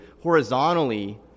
horizontally